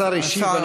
השר השיב.